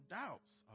doubts